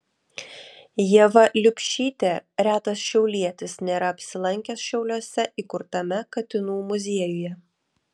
ieva liubšytė retas šiaulietis nėra apsilankęs šiauliuose įkurtame katinų muziejuje